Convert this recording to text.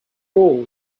all